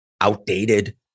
outdated